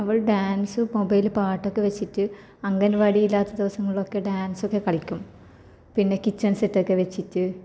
അവൾ ഡാന്സ് മൊബൈലിൽ പാട്ടൊക്കെ വെച്ചിട്ട് അങ്കന്വാടിയില്ലാത്ത ദിവസങ്ങളിലൊക്കെ ഡാന്സൊക്കെ കളിക്കും പിന്നെ കിച്ചണ് സെറ്റൊക്കെ വെച്ചിട്ട്